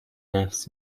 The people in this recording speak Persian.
نفس